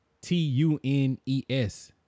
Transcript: T-U-N-E-S